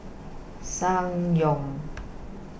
Ssangyong